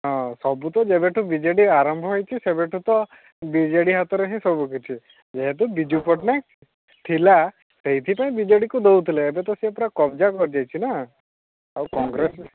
ହଁ ସବୁ ତ ଯେବେଠୁ ବି ଜେ ଡ଼ି ଆରମ୍ଭ ହେଇଛି ସେବେଠୁ ତ ବି ଜେ ଡ଼ି ହାତରେ ହିଁ ସବୁକିଛି ଯେହେତୁ ବିଜୁ ପଟ୍ଟନାୟକ ଥିଲା ସେଇଥିପାଇଁ ବିଜେଡ଼ିକୁ ଦେଉଥିଲେ ଏବେ ତ ସେ ପୁରା କବଜା କରି ଦେଇଛିନା ଆଉ କଂଗ୍ରେସ